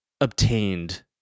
obtained